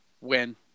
Win